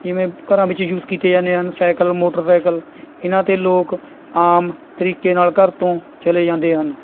ਜਿਵੇਂ ਘਰਾਂ ਵਿੱਚ ਯੂਜ਼ ਕੀਤੇ ਜਾਂਦੇ ਹਨ ਸਾਈਕਲ ਮੋਟਰਸਾਈਕਲ ਇਨ੍ਹਾਂ 'ਤੇ ਲੋਕ ਆਮ ਤਰੀਕੇ ਨਾਲ਼ ਘਰ ਤੋਂ ਚਲੇ ਜਾਂਦੇ ਹਨ